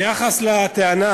ביחס לטענה